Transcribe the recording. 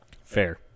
Fair